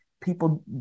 people